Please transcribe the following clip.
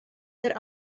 der